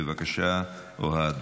בבקשה, אוהד.